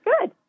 good